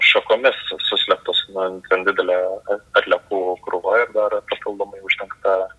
šakomis suslėptus na ten didelę atliekų krūva ir dar papildomai uždengta